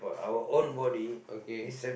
okay